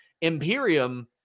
Imperium